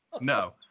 No